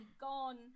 gone